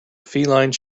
feline